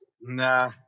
Nah